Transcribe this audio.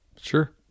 Sure